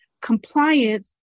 compliance